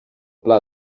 pla